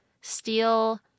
steal